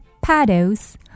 paddles